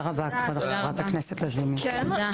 הישיבה ננעלה בשעה 12:11.